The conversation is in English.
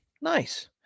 Nice